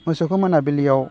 मोसौखौ मोनाबिलियाव